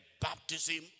baptism